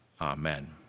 amen